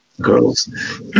girls